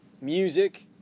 music